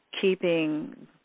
keeping